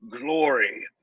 glory